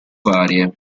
varie